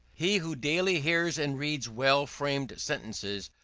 he who daily hears and reads well-framed sentences,